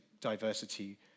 diversity